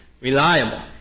reliable